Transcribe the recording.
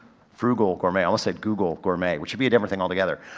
frugal gourmet. i almost said google gourmet, which would be a different thing altogether.